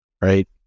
right